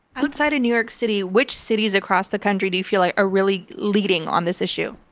outside of new york city, which cities across the country do feel like are really leading on this issue.